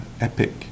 epic